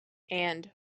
and